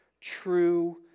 true